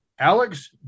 Alex